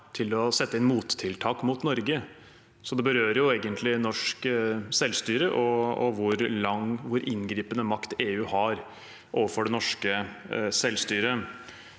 til å sette inn mottiltak mot Norge, så det berører jo egentlig norsk selvstyre og hvor inngripende makt EU har overfor det norske selvstyret.